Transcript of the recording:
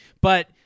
but-